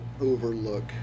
overlook